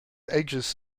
edges